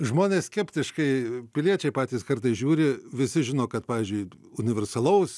žmonės skeptiškai piliečiai patys kartais žiūri visi žino kad pavyzdžiui universalaus